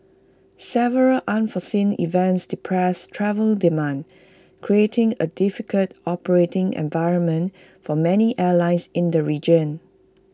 several unforeseen events depressed travel demand creating A difficult operating environment for many airlines in the region